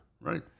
Right